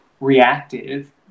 reactive